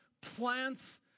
plants